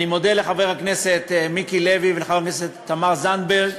אני מודה לחבר הכנסת מיקי לוי ולחברת הכנסת תמר זנדברג